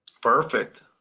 Perfect